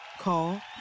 Call